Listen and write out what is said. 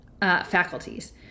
faculties